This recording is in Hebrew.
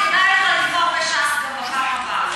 כדאי לך לבחור בש"ס גם בפעם הבאה.